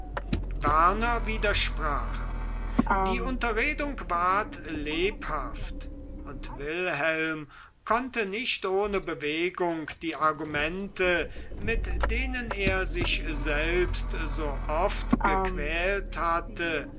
werner widersprach die unterredung ward lebhaft und wilhelm konnte nicht ohne bewegung die argumente mit denen er sich selbst so oft gequält hatte